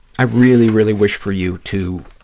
i really, really wish for you to